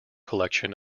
collection